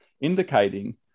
indicating